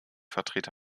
vertrete